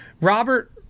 Robert